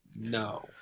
No